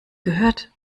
gehört